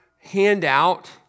handout